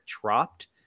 dropped